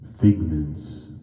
figments